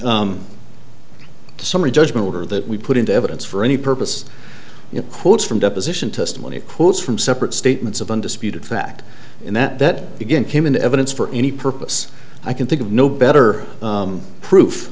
summary judgment order that we put into evidence for any purpose in quotes from deposition testimony quotes from separate statements of undisputed fact and that that begin came into evidence for any purpose i can think of no better proof